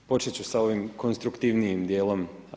Počet ću s ovim konstruktivnijim dijelom.